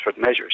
measures